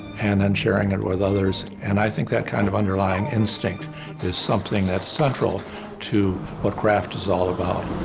and then sharing it and with others and i think that kind of underlying instinct is something that's central to what craft is all about.